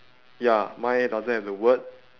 ya mine doesn't have the word